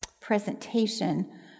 presentation